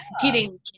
competing